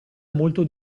molto